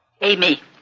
Amy